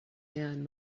man